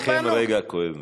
אכן רגע כואב מאוד.